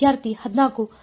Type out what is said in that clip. ವಿದ್ಯಾರ್ಥಿ 14